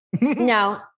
no